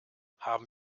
haben